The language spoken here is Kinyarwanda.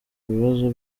bibazo